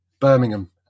Birmingham